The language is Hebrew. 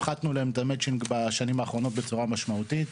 הפחתנו להן את המצ'ינג בשנים האחרונות בצורה משמעותית.